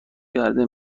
کرده